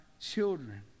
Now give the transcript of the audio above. children